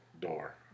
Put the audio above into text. door